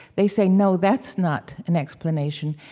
they say, no, that's not an explanation.